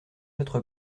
votre